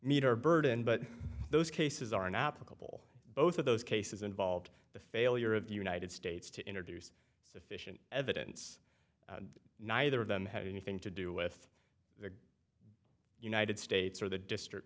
meet her burden but those cases are now applicable both of those cases involved the failure of united states to introduce sufficient evidence neither of them had anything to do with united states or the district